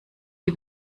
die